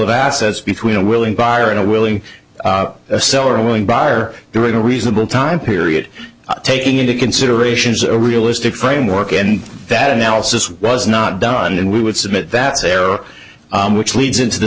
of assets between a willing buyer and a willing seller willing buyer during a reasonable time period taking into consideration is a realistic framework and that analysis was not done and we would submit that there which leads into the